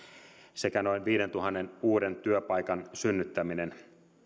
sekä noin viidentuhannen uuden työpaikan synnyttäminen